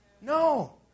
No